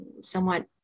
somewhat